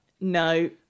No